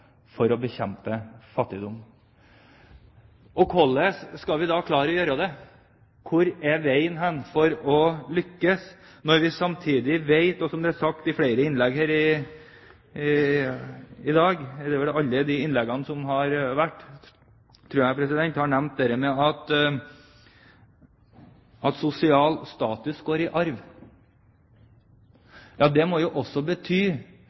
for å bekjempe fattigdom. Hvordan skal vi da klare å gjøre det? Hvor går veien for å lykkes, når vi samtidig vet, og som det er sagt i flere innlegg her i dag – i alle de innleggene som har vært holdt, tror jeg det har vært nevnt – at sosial status går i arv? Det må også bety